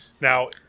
Now